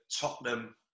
Tottenham